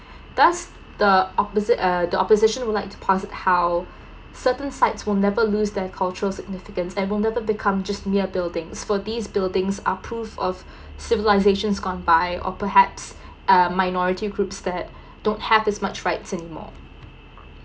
thus the opposit~ uh the opposition would like to post it how certain sites will never loose their cultural significance and will never become just mere buildings for these buildings are prove of civilization gone by or perhaps uh minority groups that don't have these much rights anymore